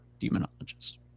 demonologist